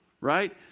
Right